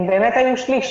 הם באמת היו שליש.